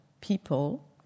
people